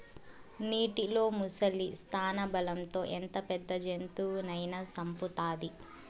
నీటిలో ముసలి స్థానబలం తో ఎంత పెద్ద జంతువునైనా సంపుతాది